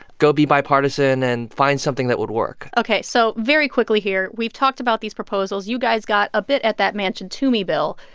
go be bipartisan. and find something that would work ok. so very quickly here, we've talked about these proposals. you guys got a bit at that manchin-toomey bill.